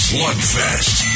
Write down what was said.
Slugfest